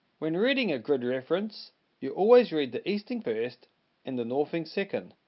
when reading a grid reference you always read the easting first and the northing second.